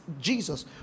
Jesus